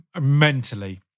mentally